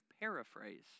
paraphrase